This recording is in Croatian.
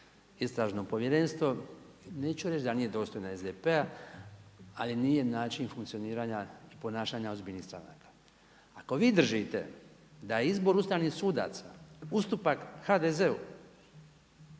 istražno povjerenstvo neću reći da nije dostojna SDP-a ali nije način funkcioniranja i ponašanja ozbiljnih stranaka. Ako vi držite da je izbor Ustavnih sudaca ustupak HDZ-u